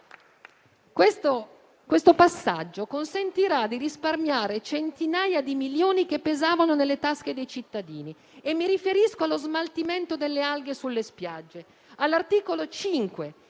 Questo passaggio consentirà di risparmiare centinaia di milioni che pesavano nelle tasche dei cittadini. Mi riferisco allo smaltimento delle alghe sulle spiagge. L'articolo 5,